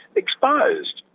exposed.